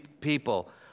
people